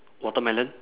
watermelon